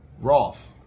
Roth